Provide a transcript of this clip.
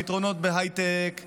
פתרונות בהייטק,